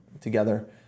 together